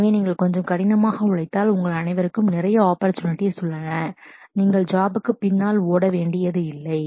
எனவே நீங்கள் கொஞ்சம் கடினமாகத் உழைத்தால் உங்கள் அனைவருக்கும் நிறைய ஆப்பர்ட்சுடுனிட்டிஸ் oppurtunities உள்ளன நீங்கள் ஜாப் job க்குப் பின்னால் ஓட வேண்டியதில்லை